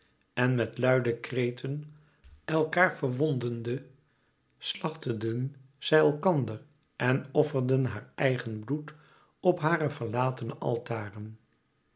en met luide kreten elkaâr verwondende slachteden zij elkander en offerden haar eigen bloed op hare verlatene altaren